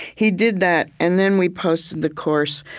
he did that, and then we posted the course,